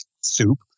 soup